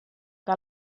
que